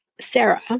Sarah